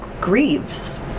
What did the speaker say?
grieves